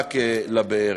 זרק לבאר.